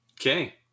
okay